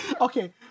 Okay